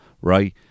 Right